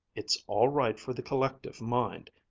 it's all right for the collective mind.